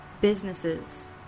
Businesses